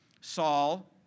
Saul